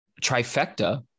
trifecta